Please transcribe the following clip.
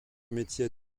métier